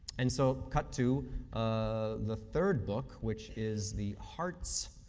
and so, cut to ah the third book, which is the hearts